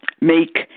make